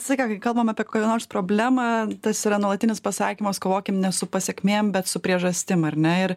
visą laiką kai kalbam apie kokią nors problemą tas yra nuolatinis pasakymas kovokim ne su pasekmėm bet su priežastim ar ne ir